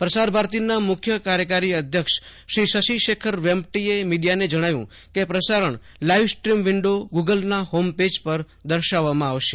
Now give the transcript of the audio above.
પ્રસારભારતીના મુખ્ય કાર્યકારી અધ્યક્ષ શશી શેખર વેમ્પટીએ મીડીયાને જજ્ઞાવ્યું કે તે પ્રસારક્ષ લાઈવ સ્ટ્રીમ વિંડો ગૂગલના હોમ પેજ પર દર્શાવવામાં આવશે